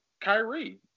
Kyrie